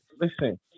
Listen